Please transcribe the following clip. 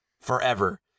forever